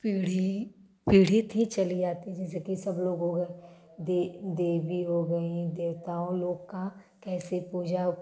पीढ़ी पीढ़ी थी चली आती जैसे की सब लोग हो गए देवी हो गई देवताओं लोग का कैसे पूजा